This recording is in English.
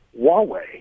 Huawei